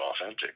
authentic